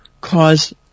cause